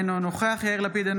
אינו נוכח יאיר לפיד,